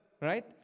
right